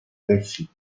récit